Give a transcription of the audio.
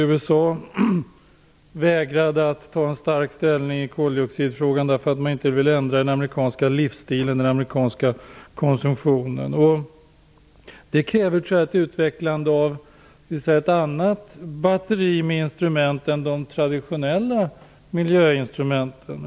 USA vägrade att ta stark ställning i koldioxidfrågan därför att man inte ville ändra den amerikanska livsstilen och den amerikanska konsumtionen. Detta kräver ett utvecklande av ett annat batteri med instrument än de traditionella miljöinstrumenten.